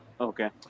Okay